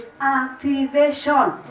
activation